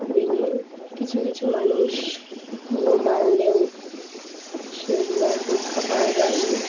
মেনে কিছু কিছু মানুষ নিয়ম মানলেও সেগুলো আর রক্ষা পাওয়া যায়নি